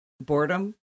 boredom